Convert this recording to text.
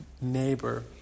Neighbor